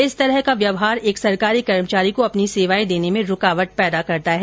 इस तरह का व्यवहार एक सरकारी कर्मचारी को अपनी सेवाएं देने में रुकावट पैदा करता है